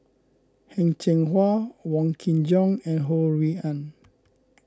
Heng Cheng Hwa Wong Kin Jong and Ho Rui An